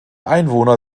einwohner